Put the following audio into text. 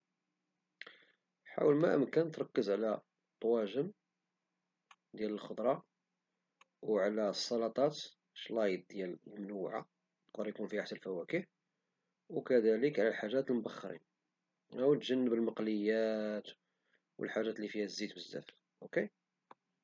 حاول ما أمكن تركز على الطواجن ديال الخضرة وعلى السلطات، الشلايض منوعين ولي يقدر يكون فيها حتى الفواكه، وحاول تجنب المقليات والحاجات لي فيها الزيت بزاف، أوكي؟